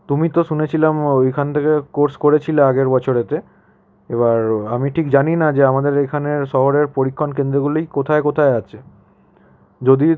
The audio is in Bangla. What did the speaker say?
তুমি তো শুনেছিলাম ওইখান থেকে কোর্স করেছিলে আগের বছরেতে এবার আমি ঠিক জানি না যে আমাদের এইখানে শহরে পরীক্ষণ কেন্দ্রগুলি কোথায় কোথায় আছে যদি